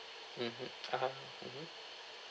mmhmm ah ha mmhmm